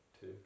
two